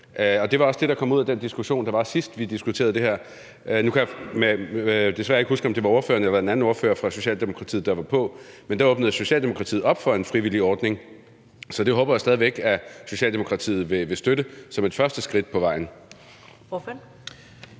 Og det var også det, der kom ud af den diskussion, der var, sidst vi diskuterede det her. Nu kan jeg desværre ikke huske, om det var ordføreren her, eller om det var en anden ordfører fra Socialdemokratiet, der var på, men der åbnede Socialdemokratiet op for en frivillig ordning, så det håber jeg at Socialdemokratiet stadig væk vil støtte som et første skridt på vejen.